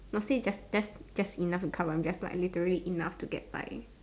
not say just just just enough to cover up I'm just like literally enough to get by